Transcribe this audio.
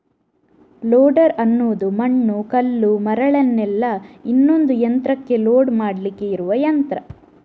loader ಅನ್ನುದು ಮಣ್ಣು, ಕಲ್ಲು, ಮರಳನ್ನೆಲ್ಲ ಇನ್ನೊಂದು ಯಂತ್ರಕ್ಕೆ ಲೋಡ್ ಮಾಡ್ಲಿಕ್ಕೆ ಇರುವ ಯಂತ್ರ